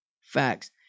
Facts